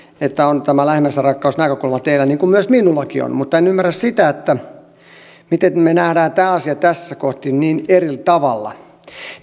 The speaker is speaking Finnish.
että teillä on tämä lähimmäisenrakkausnäkökulma niin kuin myös minulla on mutta en ymmärrä sitä miten me me näemme tämän asian tässä kohti niin eri tavalla